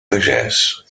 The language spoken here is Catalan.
pagès